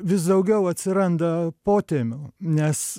vis daugiau atsiranda potemių nes